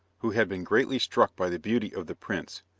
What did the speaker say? who had been greatly struck by the beauty of the prince,